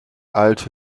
alte